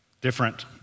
Different